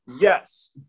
Yes